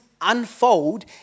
unfold